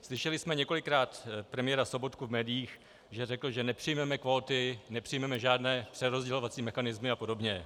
Slyšeli jsme několikrát premiéra Sobotku v médiích, že řekl, že nepřijmeme kvóty, nepřijmeme žádné přerozdělovací mechanismy a podobně.